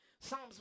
psalms